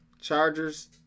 Chargers